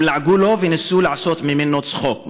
הם לעגו לו וניסו לעשות ממנו צחוק.